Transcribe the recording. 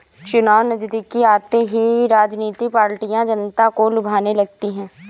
चुनाव नजदीक आते ही राजनीतिक पार्टियां जनता को लुभाने लगती है